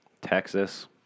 Texas